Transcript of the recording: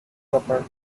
apartment